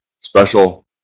special